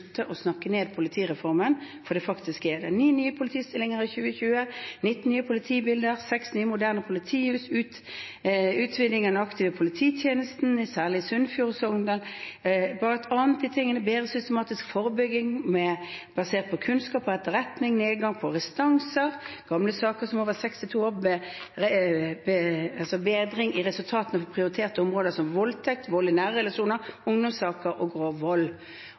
snakke ned politireformen. Det er faktisk ni nye politistillinger i 2020, 19 nye politibiler, seks nye, moderne politihus, utvidelse av den aktive polititjenesten, særlig i Sunnfjord og Sogndal, bedre systematisk forebygging basert på kunnskap og etterretning, nedgang i restanser for gamle saker over seks og tolv måneder og bedring i resultatet for prioriterte områder som voldtekt, vold i nære relasjoner, ungdomssaker og grov vold.